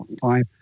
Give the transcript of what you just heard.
fine